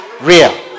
real